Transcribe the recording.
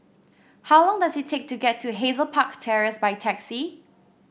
how long does it take to get to Hazel Park Terrace by taxi